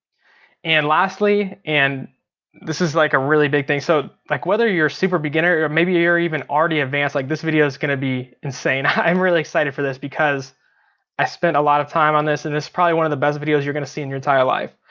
and lastly, and this is like a really big thing, so, like whether you're a super beginner, or maybe you're you're even already advanced, like this video's gonna be insane. i'm really excited for this, because i spent a lotta time on this, and this is probably one of the best videos you're gonna see in your entire life,